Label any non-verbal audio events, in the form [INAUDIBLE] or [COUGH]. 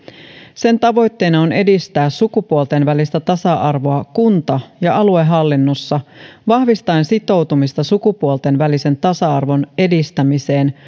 sen tavoitteena on edistää sukupuolten välistä tasa arvoa kunta ja aluehallinnossa vahvistaen sitoutumista sukupuolten välisen tasa arvon edistämiseen [UNINTELLIGIBLE]